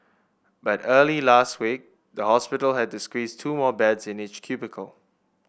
but early last week the hospital had to squeeze two more beds in each cubicle